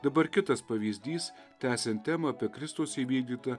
dabar kitas pavyzdys tęsiant temą apie kristaus įvykdytą